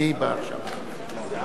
(הישיבה נפסקה בשעה